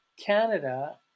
Canada